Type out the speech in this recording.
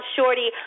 Shorty